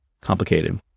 complicated